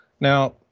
Now